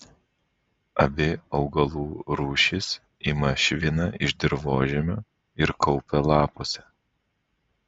abi augalų rūšys ima šviną iš dirvožemio ir kaupia lapuose